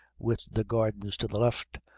with the gardens to the left,